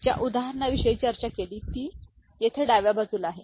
तर ज्या उदाहरणाविषयी चर्चा केली ती येथे डाव्या बाजूला आहे